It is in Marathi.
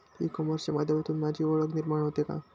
ई कॉमर्सच्या माध्यमातून माझी ओळख निर्माण होते का?